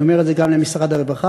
אני אומר את זה גם למשרד הרווחה,